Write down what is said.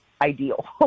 ideal